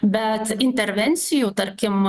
bet intervencijų tarkim